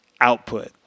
output